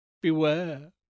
Beware